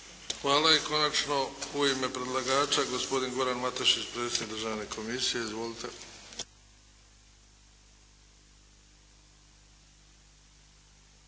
Hvala. I konačno u ime predlagača gospodin Goran Matušić, predsjednik Državne komisije. Izvolite.